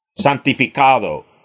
santificado